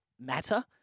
matter